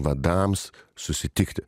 vadams susitikti